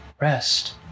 Rest